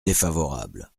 défavorable